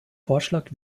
vorschlag